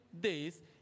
days